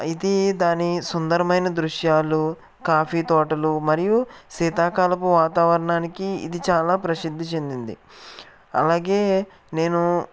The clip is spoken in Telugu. అయితే దాని సుందరమైన దృశ్యాలు కాఫీ తోటలు మరియు శీతాకాలపు వాతావరణానికి ఇది చాలా ప్రసిద్ధి చెందింది అలాగే నేను